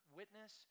witness